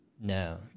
No